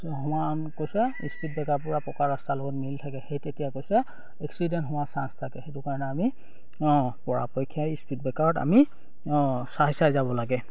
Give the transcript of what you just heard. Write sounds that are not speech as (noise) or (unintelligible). কৈছে speed breaker (unintelligible) পকা ৰাস্তাৰ লগত মিলি থাকে সেই তেতিয়া কৈছে এক্সিডেণ্ট হোৱা চাঞ্চ থাকে সেইটো কাৰণে আমি পৰাপক্ষে স্পীড ব্ৰেকাৰত আমি চাই চাই যাব লাগে